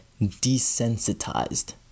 desensitized